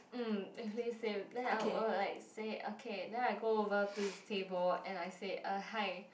um actually same then I will like say okay then I go over to his table and I say uh hi